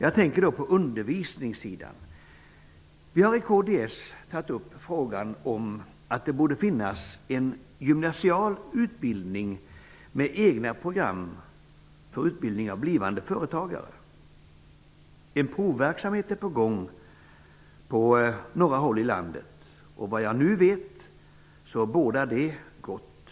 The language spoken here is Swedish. Jag tänker då på undervisningssidan. Vi i kds har sagt att det borde finnas en gymnasial utbildning med egna program för utbildning av blivande företagare. En provverksamhet är på gång på några håll i landet. Det verkar båda gott.